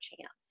chance